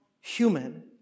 human